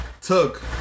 took